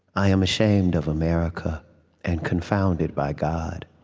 i am ashamed of america and confounded by god.